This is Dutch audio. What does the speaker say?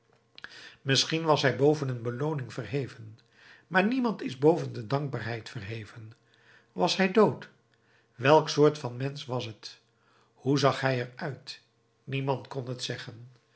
misschien was hij boven een belooning verheven maar niemand is boven de dankbaarheid verheven was hij dood welk soort van mensch was het hoe zag hij er uit niemand kon het zeggen